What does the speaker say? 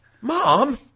Mom